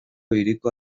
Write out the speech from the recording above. hiriko